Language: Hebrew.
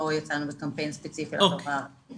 לא יצאנו לקמפיין ספציפי לחברה הערבית.